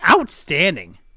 outstanding